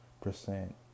percent